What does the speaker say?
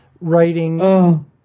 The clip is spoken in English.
writing